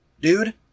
dude